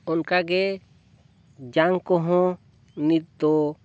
ᱚᱱᱠᱟ ᱜᱮ ᱡᱟᱝ ᱠᱚᱦᱚᱸ ᱱᱤᱛ ᱫᱚ